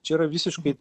čia yra visiškai